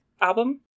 album